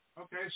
Okay